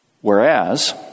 Whereas